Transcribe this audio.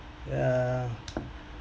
yeah